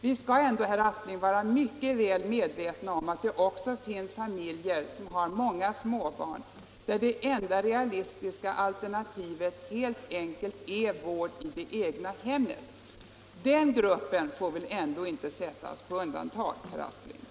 Vi skall ändå, herr Aspling, vara mycket väl medvetna om att det också finns familjer som har många småbarn, där det enda realistiska alternativet helt enkelt är vård i det egna hemmet. Den gruppen får väl ändå inte sättas på undantag, herr Aspling?